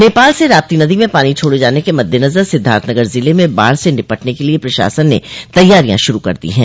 नेपाल से राप्ती नदी में पानी छोड़े जाने के मददेनजर सिद्धार्थनगर ज़िले में बाढ़ से निपटने क लिए प्रशासन ने तैयारियां शुरू कर दी है